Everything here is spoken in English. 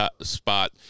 spot